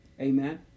Amen